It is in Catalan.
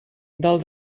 del